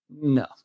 no